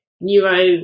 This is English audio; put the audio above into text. neuro